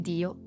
Dio